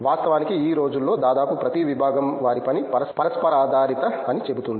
వాస్తవానికి ఈ రోజుల్లో దాదాపు ప్రతి విభాగం వారి పని పరస్పరాధారితము అని చెబుతుంది